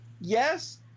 yes